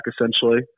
essentially